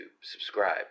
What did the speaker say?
subscribe